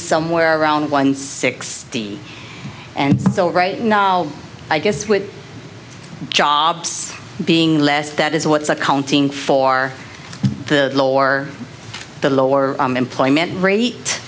somewhere around one sixteen and so right now i guess with jobs being less that is what's accounting for the low or the lower employment rate